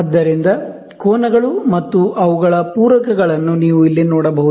ಆದ್ದರಿಂದ ಕೋನಗಳು ಮತ್ತು ಅವುಗಳ ಪೂರಕಗಳನ್ನು ನೀವು ಇಲ್ಲಿ ನೋಡಬಹುದು